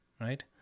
right